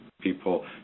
people